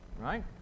right